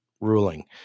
ruling